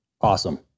awesome